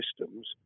systems